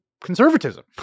conservatism